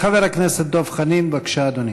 חבר הכנסת דב חנין, בבקשה, אדוני.